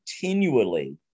continually